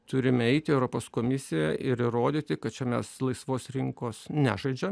turime eiti į europos komisiją ir įrodyti kad čia mes laisvos rinkos nežaidžiam